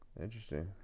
Interesting